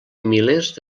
milers